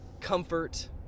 comfort